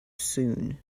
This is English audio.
soon